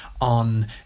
on